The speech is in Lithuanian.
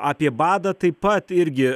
apie badą taip pat irgi